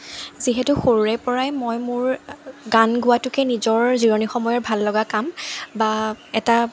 যিহেতু সৰুৰেপৰাই মই মোৰ গান গোৱাটোকে নিজৰ জিৰণি সময়ৰ ভাললগা কাম বা এটা